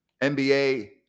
NBA